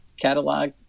catalog